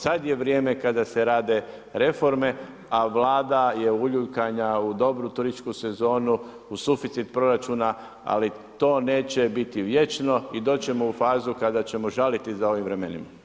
Sad je vrijeme kada se rade reforme, a Vlada je uljuljkana u dobru turističku sezonu, u suficit proračuna, ali to neće biti vječno i doći ćemo u fazu kada ćemo žaliti za ovim vremenima.